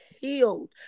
healed